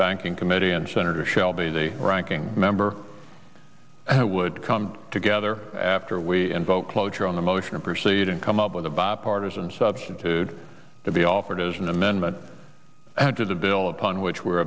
banking committee and senator shelby the ranking member would come together after we invoke cloture on the motion to proceed and come up with a bipartisan substitute to be offered as an amendment to the bill upon which we're